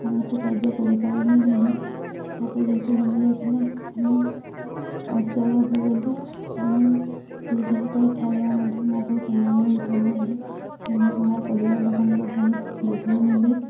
କୌଣସି କାର୍ଯ୍ୟ କରିପାରିଲି ନାହିଁ ହାତ ଯେହେତୁ ଭାଙ୍ଗି ଯାଇଥିଲା ମୁଁ ଅଚଳ ହୋଇଗଲି ଏବଂ ନିଜ ହାତରେ ଖାଇବା ମଧ୍ୟ ମୋ ପାଇଁ ସମ୍ଭବ ହେଇପାରିଲା ନାହିଁ ମୋ ପରିବାର ଲୋକ ମୋର ବହୁତ ଯତ୍ନ ନେଲେ